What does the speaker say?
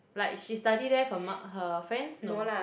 like she study there her friends no